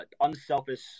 unselfish